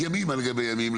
ימים על גבי ימים,